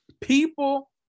People